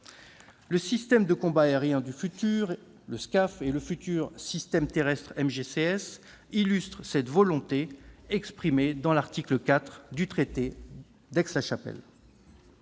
Le système de combat aérien du futur, le SCAF, et le futur système terrestre MGCS illustrent cette volonté exprimée dans l'article 4 du traité d'Aix-la-Chapelle.